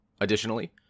Additionally